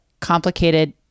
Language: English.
complicated